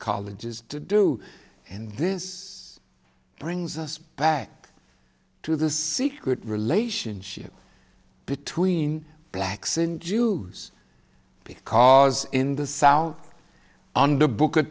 colleges to do and this brings us back to the secret relationship between blacks and jews because in the south on the book